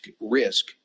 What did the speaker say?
risk